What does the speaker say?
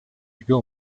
γιο